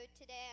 today